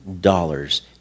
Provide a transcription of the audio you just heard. dollars